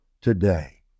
today